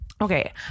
Okay